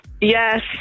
Yes